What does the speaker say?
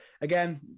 again